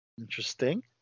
Interesting